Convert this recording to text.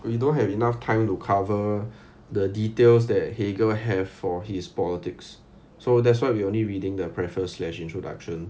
we don't have enough time to cover the details that hegel have for his politics so that's why we only reading the preface slash introduction